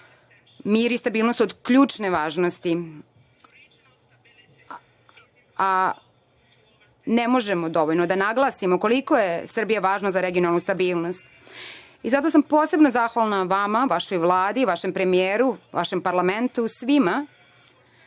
mir i stabilnost su od ključne važnosti. Ne možemo dovoljno da naglasimo koliko je Srbija važna za regionalnu stabilnost. Zato sam posebno zahvalna vama, vašoj Vladi, vašem premijeru, vašem parlamentu, svima